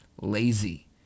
lazy